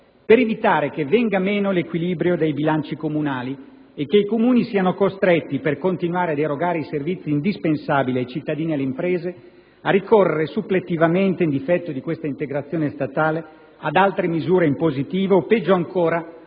per evitare che venga meno l'equilibrio dei bilanci comunali e che i Comuni siano costretti, per continuare ad erogare servizi indispensabili ai cittadini e alle imprese, a ricorrere supplettivamente, in difetto di questa integrazione statale, ad altre misure impositive o peggio ancora